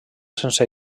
sense